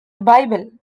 bible